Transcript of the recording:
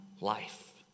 life